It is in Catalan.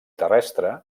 terrestre